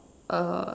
(Z)